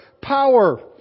power